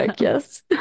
yes